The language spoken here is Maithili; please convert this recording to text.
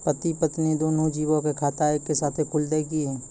पति पत्नी दुनहु जीबो के खाता एक्के साथै खुलते की?